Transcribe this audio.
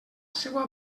seua